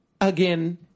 Again